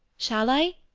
shall i?